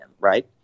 right